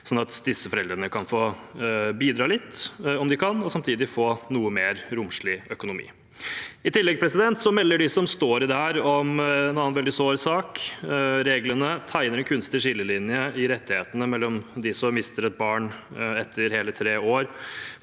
at disse foreldrene kan få bidra litt om de kan, og samtidig få noe mer romslig økonomi. I tillegg melder de som står i dette, om en annen veldig sår sak. Reglene tegner en kunstig skillelinje i rettighetene mellom dem som mister et barn etter hele tre år